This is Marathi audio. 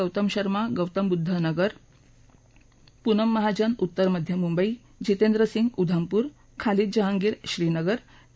गौतम शर्मा गौतम बुद्ध नगर पूनम महाजन उत्तर मध्य मुंबई जितेंद्र सिंग उधमपूर खालिद जहांगीर श्रीनगर के